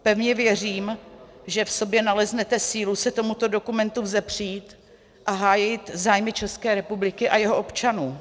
Pevně věřím, že v sobě naleznete sílu se tomuto dokumentu vzepřít a hájit zájmy České republiky a jejích občanů.